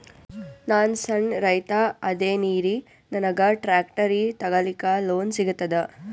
ನಾನ್ ಸಣ್ ರೈತ ಅದೇನೀರಿ ನನಗ ಟ್ಟ್ರ್ಯಾಕ್ಟರಿ ತಗಲಿಕ ಲೋನ್ ಸಿಗತದ?